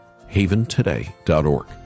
Haventoday.org